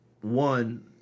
One